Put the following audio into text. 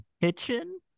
kitchen